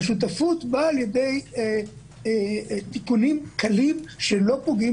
והשותפות באה לידי ביטוי בתיקונים קלים שלא פוגעים